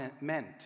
meant